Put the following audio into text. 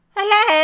Hello